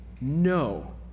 No